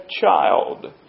child